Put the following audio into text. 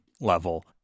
level